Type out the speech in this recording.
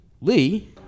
Lee